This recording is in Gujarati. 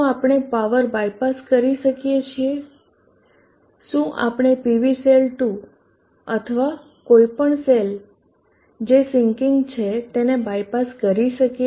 શું આપણે પાવર બાયપાસ કરી શકીએ છીએ શું આપણે PV સેલ 2 અથવા કોઈ પણ સેલ જે સીન્કીગ છે તેને બાયપાસ કરી શકીએ